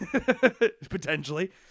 Potentially